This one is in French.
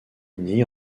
uni